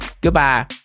Goodbye